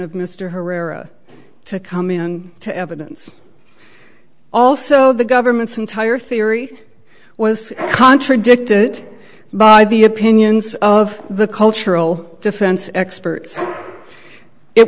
of mr herrera to come in to evidence also the government's entire theory was contradicted by the opinions of the cultural defense experts it